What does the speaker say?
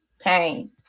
pain